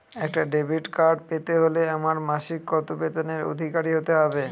একটা debit card পেতে হলে আমার মাসিক কত বেতনের অধিকারি হতে হবে?